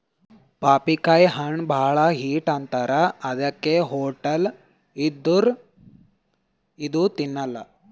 ಪಪ್ಪಿಕಾಯಿ ಹಣ್ಣ್ ಭಾಳ್ ಹೀಟ್ ಅಂತಾರ್ ಅದಕ್ಕೆ ಹೊಟ್ಟಲ್ ಇದ್ದೋರ್ ಇದು ತಿನ್ನಲ್ಲಾ